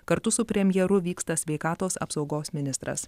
kartu su premjeru vyksta sveikatos apsaugos ministras